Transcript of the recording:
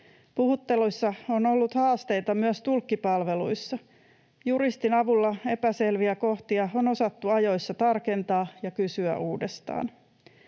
Puhutteluissa on ollut haasteita myös tulkkipalveluissa. Juristin avulla epäselviä kohtia on osattu ajoissa tarkentaa ja kysyä uudestaan.